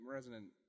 Resident